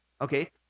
Okay